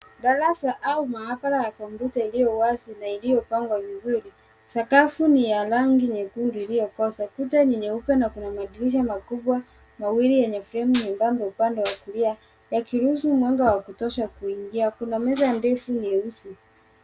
Darasa au maabara ya kompyuta iliyo wazi na iliyopangwa vizuri. Sakafu ni ya rangi nyekundu iliyokoza, kuta ni nyeupe na kuna madirisha makubwa mawili yenye fremu nyembamba upande wa kulia yakiruhusu mwanga wa kutosha kuingia. Kuna meza ndefu nyeusi.